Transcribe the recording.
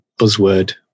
buzzword